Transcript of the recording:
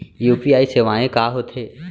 UPI सेवाएं का होथे